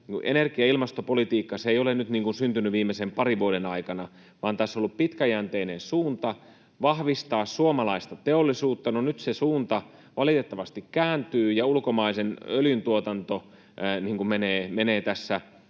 energia- ja ilmastopolitiikka ei ole syntynyt nyt viimeisen parin vuoden aikana, vaan tässä ollut pitkäjänteinen suunta vahvistaa suomalaista teollisuutta. No, nyt se suunta valitettavasti kääntyy ja ulkomaisen öljyn tuotanto menee tässä